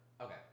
Okay